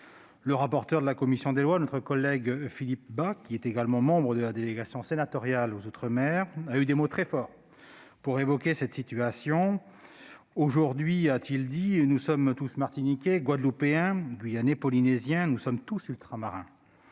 Le rapporteur de la commission des lois, notre collègue Philippe Bas, qui est également membre de la délégation sénatoriale aux outre-mer, a eu des mots très forts pour évoquer cette situation :« Aujourd'hui, nous sommes tous Martiniquais, Guadeloupéens, Guyanais, Polynésiens ... Nous sommes tous ultramarins.